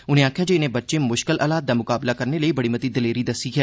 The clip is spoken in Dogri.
उनें आखेआ जे इनें बच्चें मुश्कल हालात दा मुकाबला करने लेई बड़ी मती दलेरी दस्सी ऐ